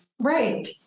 Right